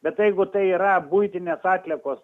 bet jeigu tai yra buitinės atliekos